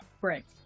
bricks